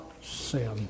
sin